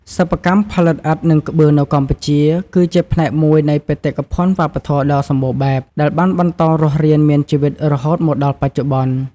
សិប្បកម្មផលិតឥដ្ឋ និងក្បឿងនៅកម្ពុជា គឺជាផ្នែកមួយនៃបេតិកភណ្ឌវប្បធម៌ដ៏សម្បូរបែប ដែលបានបន្តរស់រានមានជីវិតរហូតមកដល់បច្ចុប្បន្ន។